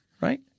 right